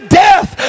death